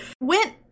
went